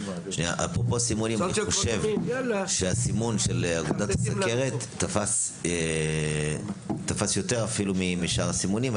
אני חושב שהסימון של אגודת הסוכרת תפס אפילו יותר משאר הסימונים,